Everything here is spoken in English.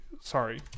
Sorry